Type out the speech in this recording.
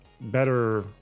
better